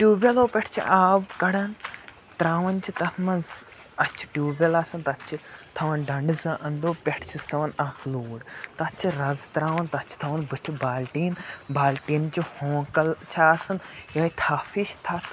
tube وٮ۪لو پٮ۪ٹھ چھِ آب کَڑان ترٛاوان چھِ تَتھ منٛز اَتھ چھِ ٹیوٗب وٮ۪ل آسان تَتھ چھِ تھاوان ڈنٛڈٕ زٕ اَنٛدو پٮ۪ٹھ چھِس تھاوان اَکھ لوٗر تَتھ چھِ رَزٕ ترٛاوان تَتھ چھِ تھاوان بٕتھِ بالٹیٖن بالٹیٖنچہِ ہانٛکَل چھِ آسان یِۂے تھَپھ ہِش تَپھ